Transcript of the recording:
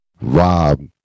rob